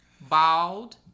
bald